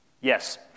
yes